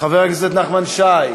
חבר הכנסת נחמן שי,